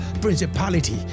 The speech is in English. principality